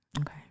Okay